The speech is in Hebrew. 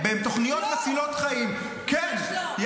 לכן אתם בוחרים לקצץ בתוכניות מצילות חיים, כן.